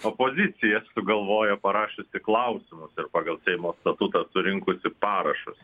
opozicija sugalvojo parašiusi klausimus ir pagal seimo statutą surinkusi parašus